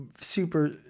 super